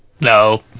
No